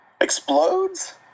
Explodes